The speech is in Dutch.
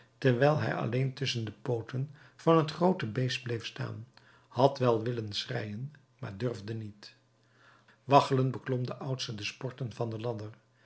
terwijl hij alleen tusschen de pooten van het groote beest bleef staan had wel willen schreien maar durfde niet waggelend beklom de oudste de sporten van de ladder